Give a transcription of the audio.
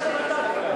15 מנדטים.